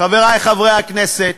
חברי חברי הכנסת,